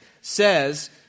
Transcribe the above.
says